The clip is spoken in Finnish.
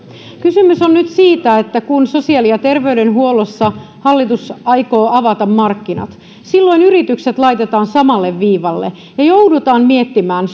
kysymys on nyt siitä että kun sosiaali ja terveydenhuollossa hallitus aikoo avata markkinat silloin yritykset laitetaan samalle viivalle ja joudutaan miettimään